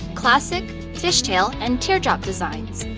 classic, fishtail, and teardrop designs.